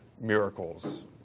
miracles